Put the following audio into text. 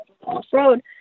off-road